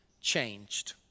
changed